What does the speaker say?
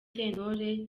sentore